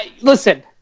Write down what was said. Listen